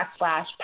backslash